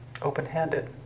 open-handed